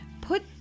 Put